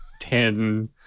ten